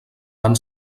van